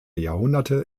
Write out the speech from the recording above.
jahrhunderte